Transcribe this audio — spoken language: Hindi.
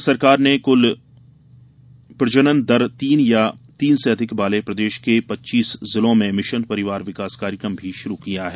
भारत सरकार ने कुल प्रजनन दर तीन या तीन से अधिक वाले प्रदेश के पच्चीस जिलों में मिशन परिवार विकास कार्यक्रम भी शुरू किया है